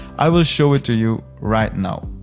i will show it to you right now.